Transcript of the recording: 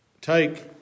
take